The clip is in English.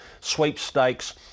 sweepstakes